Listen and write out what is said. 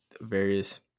various